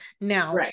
Now